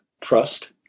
trust